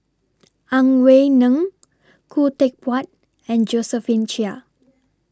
Ang Wei Neng Khoo Teck Puat and Josephine Chia